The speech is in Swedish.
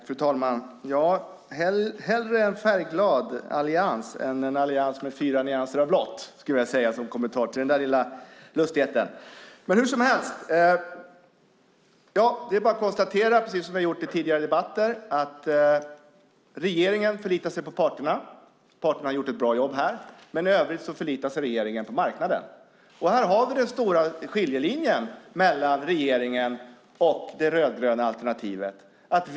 Fru talman! Hellre en färgglad allians än en allians med fyra nyanser av blått, som en kommentar till den lilla lustigheten. Det är bara att konstatera, precis som vi har gjort i tidigare debatter, att regeringen förlitar sig på parterna. Parterna har här gjort ett bra jobb. Men i övrigt förlitar sig regeringen på marknaden. Här har vi den stora skiljelinjen mellan regeringen och det rödgröna alternativet.